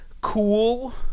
cool